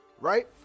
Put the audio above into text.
right